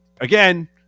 again